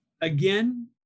Again